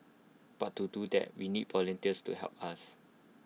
but to do that we need volunteers to help us